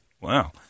Wow